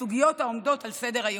בסוגיות העומדות על סדר-היום,